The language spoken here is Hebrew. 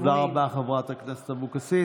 תודה רבה, חברת הכנסת אבקסיס.